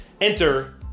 Enter